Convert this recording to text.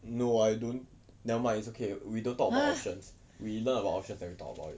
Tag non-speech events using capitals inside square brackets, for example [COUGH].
[NOISE]